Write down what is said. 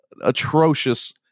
atrocious